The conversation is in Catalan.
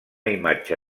imatge